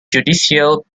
judicial